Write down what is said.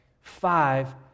Five